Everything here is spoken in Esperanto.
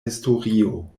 historio